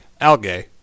Algae